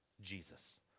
Jesus